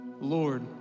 Lord